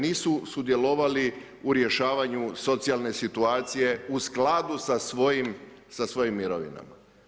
Nisu sudjelovali u rješavanju socijalne situacije, u skladu sa svojim mirovinama.